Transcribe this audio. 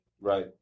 Right